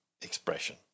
expression